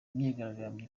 imyigaragambyo